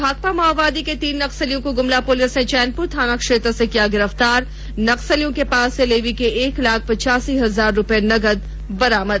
भाकपा माओवादी के तीन नक्सलियों को गुमला पुलिस ने चैनपुर थाना क्षेत्र से किया गिरफ्तार नक्सलियों के पास से लेवी के एक लाख पचासी हजार रुपये नगद बरामद